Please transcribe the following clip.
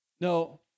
No